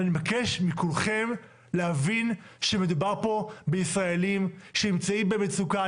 אני מבקש מכולכם להבין שמדובר פה בישראלים שנמצאים במצוקה,